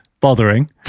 bothering